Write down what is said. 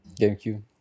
GameCube